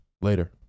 later